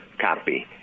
copy